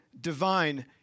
divine